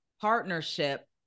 partnership